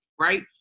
right